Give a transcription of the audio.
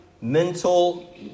mental